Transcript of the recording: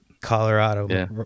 Colorado